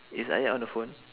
is ayat on the phone